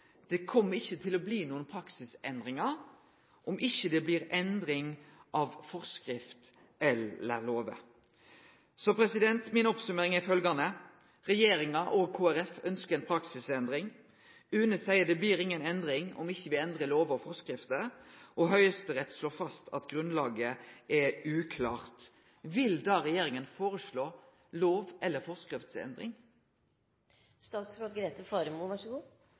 ikkje kjem til å bli praksisendringar dersom det ikkje blir endring av forskrift eller lover. Så mi oppsummering er følgjande: Regjeringa og Kristeleg Folkeparti ønsker ei praksisendring. UNE seier det blir inga endring om me ikkje endrar lover og forskrifter, og Høgsterett slår fast at grunnlaget er uklart. Vil da regjeringa foreslå lov- eller